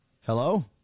Hello